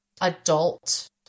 adult